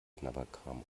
knabberkram